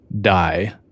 die